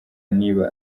niba